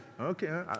Okay